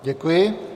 Děkuji.